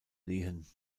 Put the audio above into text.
lehen